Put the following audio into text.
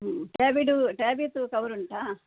ಹಾಂ ಟಾಬಿದು ಟಾಬಿದು ಕವರ್ ಉಂಟ